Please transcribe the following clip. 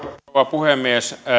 puhemies on